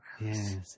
Yes